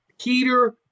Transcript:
Peter